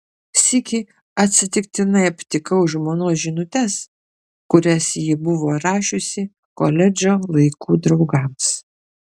sykį atsitiktinai aptikau žmonos žinutes kurias ji buvo rašiusi koledžo laikų draugams